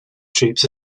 troops